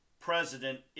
president